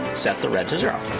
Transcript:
set the red to zero.